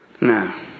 No